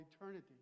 eternity